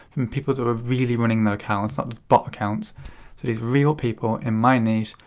from people that were really running their accounts, not just bot accounts, so these real people in my niche,